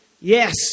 yes